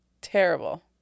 Terrible